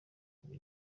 kuba